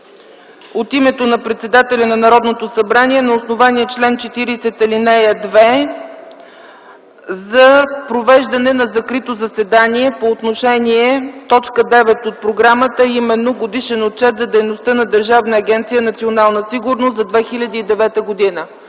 от името на председателя на Народното събрание на основание чл. 40, ал. 2 за провеждане на закрито заседание по отношение т. 9 от програмата, а именно - Годишен отчет за дейността на Държавна агенция „Национална сигурност” за 2009 г.